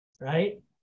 right